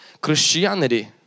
Christianity